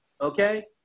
okay